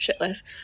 shitless